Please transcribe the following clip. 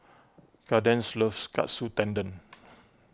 Kadence loves Katsu Tendon